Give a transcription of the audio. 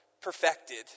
perfected